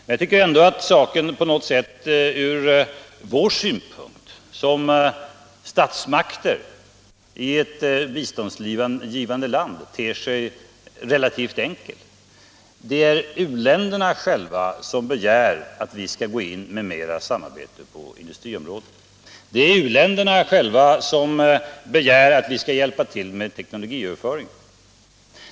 Men jag tycker ändå att saken på något sätt från vår synpunkt ter sig relativt enkel. Det är u-länderna själva som begär att vi skall öka sam arbetet på industriområdet. Det är u-länderna själva som begär att vi skall hjälpa till med teknologiöverföring.